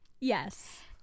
yes